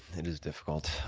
it is difficult.